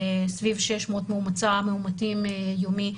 סביב ממוצע של 600 מאומתים יומי.